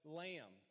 lamb